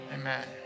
Amen